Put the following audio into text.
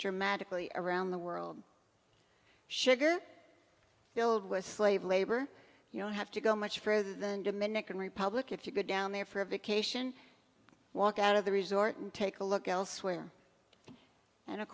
dramatically around the world sugar filled with slave labor you don't have to go much further than dominican republic if you go down there for a vacation walk out of the resort and take a look elsewhere and of